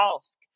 ask